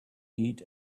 eat